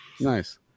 nice